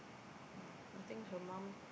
!wah! I think her mum